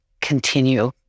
continue